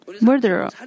murderer